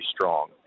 strong